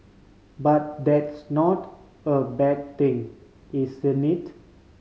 but that's not a bad thing isn't it